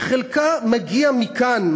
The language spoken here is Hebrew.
שחלקה מגיע מכאן,